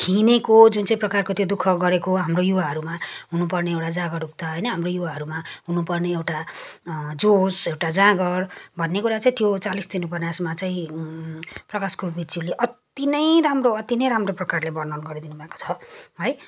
खिनेको जुन चाहिँ प्रकारको त्यो दु ख गरेको हाम्रो युवाहरूमा हुनुपर्ने एउटा जागरूकता होइन हाम्रो युवाहरूमा हुनुपर्ने एउटा जोस एउटा जाँगर भन्ने कुरा चाहिँ त्यो चालिस दिन उपन्यासमा चाहिँ प्रकाश कोविदज्यूले अति नै अति नै राम्रो प्रकारले वर्णन गरिदिनुभएको छ है